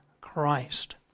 Christ